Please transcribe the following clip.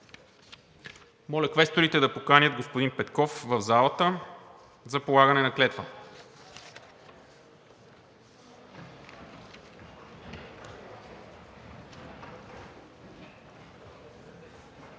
Моля квесторите да поканят господин Петков в залата за полагане на клетва.